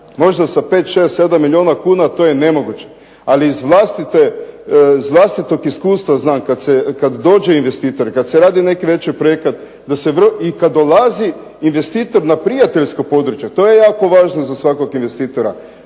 možda sa 5, 6, 7 milijuna kuna to je nemoguće, ali iz vlastitog iskustva znam kad dođe investitor, kad se radi neki veći projekat i kad dolazi investitor na prijateljsko područje, to je jako važno za svakog investitora,